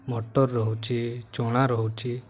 ମଟର ରହୁଛି ଚଣା ରହୁଛି